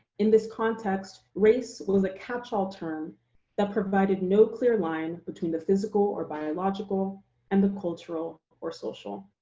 in this context, race was a catch-all term that provided no clear line between the physical or biological and the cultural or social.